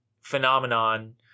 phenomenon